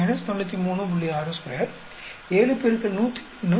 62 7 X 101 93